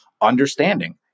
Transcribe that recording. understanding